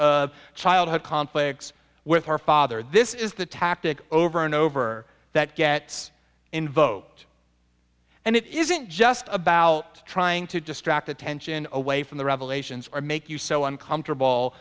of childhood conflicts with her father this is the tactic over and over that gets in vote and it isn't just about trying to distract attention away from the revelations or make you so uncomfortable